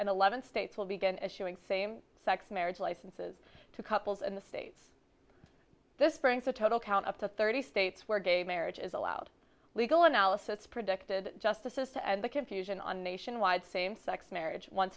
in eleven states will begin issuing same sex marriage licenses to couples in the states this brings the total count up to thirty states where gay marriage is allowed legal analysis predicted justices to end the confusion on nationwide same sex marriage once